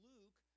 Luke